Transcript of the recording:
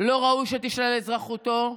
לא ראוי שתישלל אזרחותו,